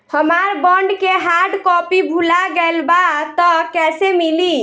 हमार बॉन्ड के hard copy भुला गएलबा त कैसे मिली?